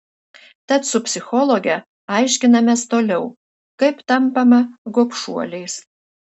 tad su psichologe aiškinamės toliau kaip tampama gobšuoliais